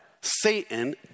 Satan